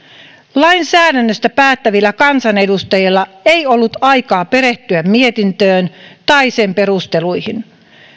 lainsäädännöstä päättävillä kansanedustajilla ei ollut aikaa perehtyä mietintöön tai sen perusteluihin